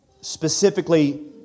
specifically